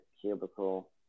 cubicle